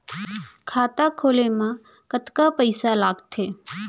खाता खोले मा कतका पइसा लागथे?